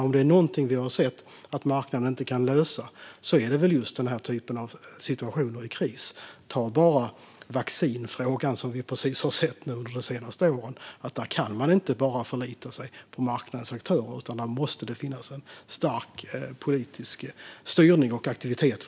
Om det är något vi har sett att marknaden inte kan lösa är det just den typen av situationer i kris. Se på vaccinfrågan under de senaste åren. Det går inte att förlita sig på marknadens aktörer, utan det måste finnas en stark politisk styrning och aktivitet.